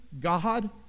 God